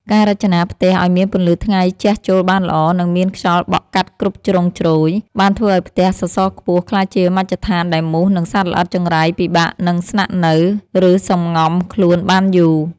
ការរចនាផ្ទះឱ្យមានពន្លឺថ្ងៃជះចូលបានល្អ និងមានខ្យល់បក់កាត់គ្រប់ជ្រុងជ្រោយ បានធ្វើឱ្យផ្ទះសសរខ្ពស់ក្លាយជាមជ្ឈដ្ឋានដែលមូស និងសត្វល្អិតចង្រៃពិបាកនឹងស្នាក់នៅ ឬសម្ងំខ្លួនបានយូរ។